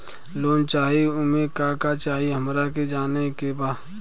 Loan चाही उमे का का चाही हमरा के जाने के बा?